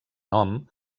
nom